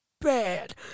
bad